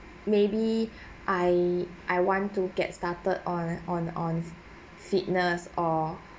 maybe I I want to get started on on on fitness or